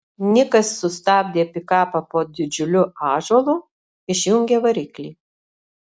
nikas sustabdė pikapą po didžiuliu ąžuolu išjungė variklį